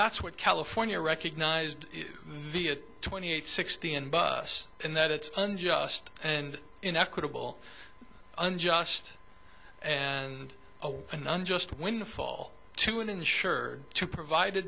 that's what california recognized twenty eight sixty in us in that it's unjust and inequitable unjust and an unjust windfall to ensure to provide a